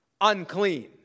unclean